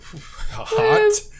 hot